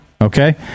Okay